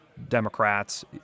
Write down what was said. Democrats